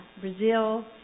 Brazil